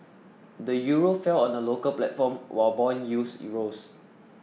the Euro fell on the local platform while bond yields rose